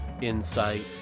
insight